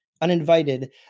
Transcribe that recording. uninvited